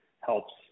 helps